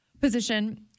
position